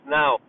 now